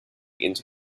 into